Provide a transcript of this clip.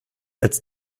als